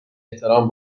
احترام